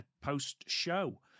post-show